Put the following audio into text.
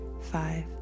five